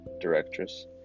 directress